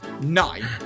Nine